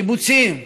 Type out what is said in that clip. קיבוצים,